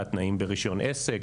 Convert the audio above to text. תנאים ברישיון עסק,